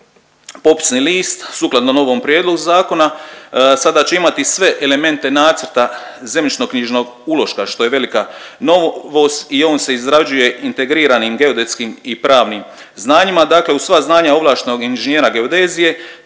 Popisni list sukladno novom prijedlogu zakona sada će imati sve elemente nacrta zemljišno-knjižnog uloška što je velika novost i on se izrađuje integriranim geodetskim i pravnim znanjima. Dakle, uz sva znanja ovlaštenog inženjera geodezije